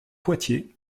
poitiers